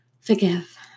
forgive